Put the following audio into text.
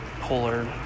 polar